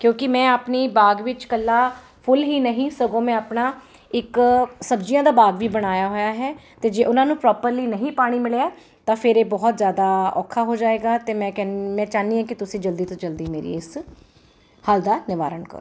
ਕਿਉਂਕਿ ਮੈਂ ਆਪਣੀ ਬਾਗ ਵਿੱਚ ਇਕੱਲਾ ਫੁੱਲ ਹੀ ਨਹੀਂ ਸਗੋਂ ਮੈਂ ਆਪਣਾ ਇੱਕ ਸਬਜ਼ੀਆਂ ਦਾ ਬਾਗ ਵੀ ਬਣਾਇਆ ਹੋਇਆ ਹੈ ਅਤੇ ਜੇ ਉਹਨਾਂ ਨੂੰ ਪ੍ਰੋਪਰਲੀ ਨਹੀਂ ਪਾਣੀ ਮਿਲਿਆ ਤਾਂ ਫਿਰ ਇਹ ਬਹੁਤ ਜ਼ਿਆਦਾ ਔਖਾ ਹੋ ਜਾਏਗਾ ਅਤੇ ਮੈਂ ਕਹਿ ਚਾਹੁੰਦੀ ਹਾਂ ਕਿ ਤੁਸੀਂ ਜਲਦੀ ਤੋਂ ਜਲਦੀ ਮੇਰੀ ਇਸ ਹੱਲ ਦਾ ਨਿਵਾਰਣ ਕਰੋ